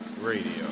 radio